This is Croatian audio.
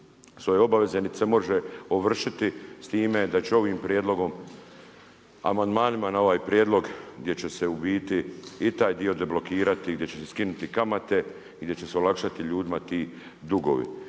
svoje obaveze niti se može ovršiti. S time da će ovim prijedlogom, amandmanima na ovaj prijedlog gdje će se u biti i taj dio deblokirati, gdje će se skinuti kamate i gdje će se olakšati ljudima ti dugovi.